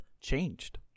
changed